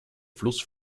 fluss